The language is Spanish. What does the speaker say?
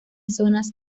zonas